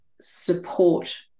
support